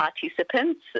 participants